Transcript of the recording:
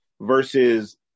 versus